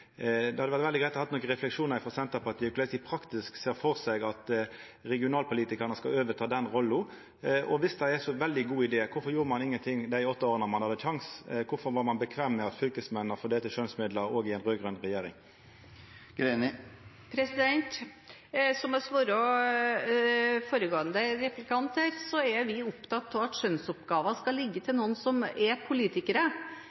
Det hadde vore veldig greitt å få nokre refleksjonar frå Senterpartiet om korleis dei reint praktisk ser for seg at regionalpolitikarane skal overta den rolla. Og viss det er ein så veldig god idé – kvifor gjorde ein ingenting i løpet av dei åtte åra ein hadde sjansen? Kvifor var ein bekvem med at fylkesmennene fordelte skjønsmidlar òg i ei raud-grøn regjering? Som jeg svarte foregående replikant, er vi opptatt av at skjønnsoppgavene skal ligge